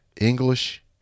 English